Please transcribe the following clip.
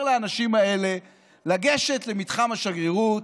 לאנשים האלה לגשת למתחם השגרירות,